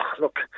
look